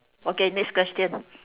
okay next question